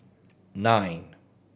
nine